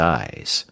eyes